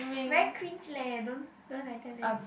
very cringe leh don't don't like that leh